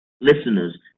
Listeners